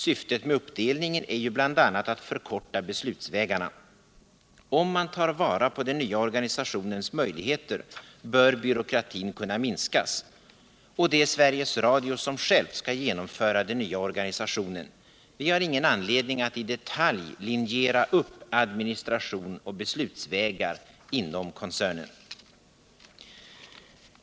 Syftet med uppdelningen i flera bolag är bl.a. att förkorta beslutsvägarna. Om man tar vara på den nya organisationens möjligheter, bör byråkratin kunna minskas. Och det är Sveriges Radio som skall genomföra den nya organisationen. Vi har ingen anledning att i detalj linjera upp administration och beslutsvägar inom koncernen.